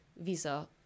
visa